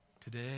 today